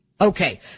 Okay